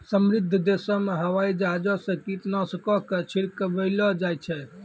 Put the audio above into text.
समृद्ध देशो मे हवाई जहाजो से कीटनाशको के छिड़कबैलो जाय छै